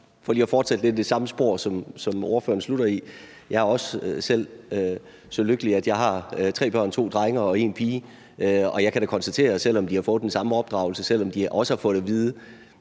bare lige at fortsætte lidt i det samme spor, som ordføreren slutter i, vil jeg sige, at jeg også selv er så lykkelig, at jeg har tre børn, to drenge og en pige, og jeg kan da konstatere, at selv om de har fået den samme opdragelse, og selv om de også har fået at vide,